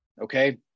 okay